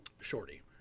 Shorty